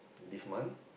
this month